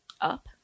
Up